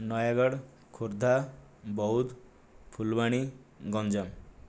Nayagarh Khordha Boudh Phulbani Ganjam